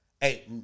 Hey